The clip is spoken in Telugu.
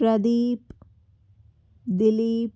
ప్రదీప్ దిలీప్